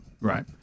Right